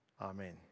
Amen